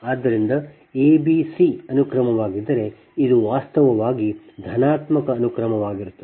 ಆದ್ದರಿಂದ a b c ಅನುಕ್ರಮವಾಗಿದ್ದರೆ ಇದು ವಾಸ್ತವವಾಗಿ ಧನಾತ್ಮಕ ಅನುಕ್ರಮವಾಗಿರುತ್ತದೆ